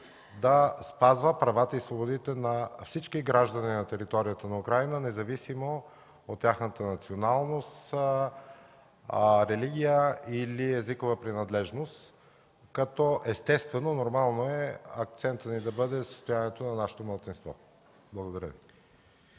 да спазва правата и свободите на всички граждани на територията на Украйна, независимо от тяхната националност, религия или езикова принадлежност. Естествено, нормално е акцентът ни да бъде състоянието на нашето малцинство. Благодаря